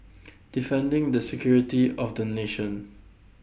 defending the security of the nation